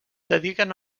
dediquen